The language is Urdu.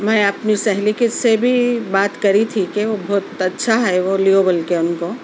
میں اپنی سہیلی کس سے بھی بات کری تھی کہ وہ بہت اچھا ہے وہ لو بول کے ان کو